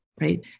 right